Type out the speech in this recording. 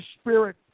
spirit